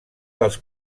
dels